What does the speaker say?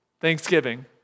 Thanksgiving